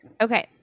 Okay